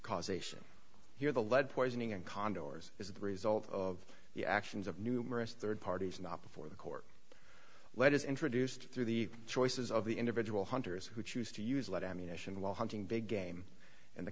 causation here the lead poisoning and condors is the result of the actions of numerous third parties not before the court where it is introduced through the choices of the individual hunters who choose to use live ammunition while hunting big game and the